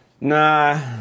Nah